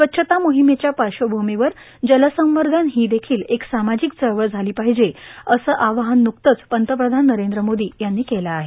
स्वच्छता मोहीमेच्या पार्श्वमूमीवर जलसंवर्धन ही देखिल एक सामाजिक चळवळ झाली पाहिजे असं आवाहन नुकतच पंतप्रधान नरेंद्र मोदी यांनी केलं आहे